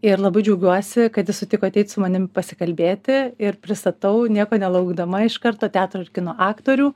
ir labai džiaugiuosi kad jis sutiko ateit su manim pasikalbėti ir pristatau nieko nelaukdama iš karto teatro ir kino aktorių